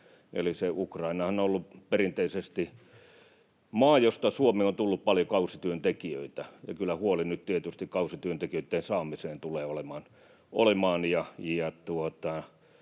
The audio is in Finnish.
Ukrainahan on ollut perinteisesti maa, josta Suomeen on tullut paljon kausityöntekijöitä, ja kyllä huoli nyt tietysti kausityöntekijöitten saamisesta tulee olemaan.